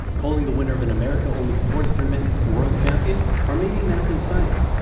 calling the winner of an america-only sports tournament world champions? or maybe math and science?